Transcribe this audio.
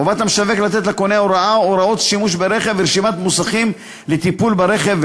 חובת המשווק לתת לקונה הוראות שימוש ברכב ורשימת מוסכים לטיפול ברכב,